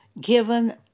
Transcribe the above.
given